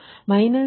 ಅದು 0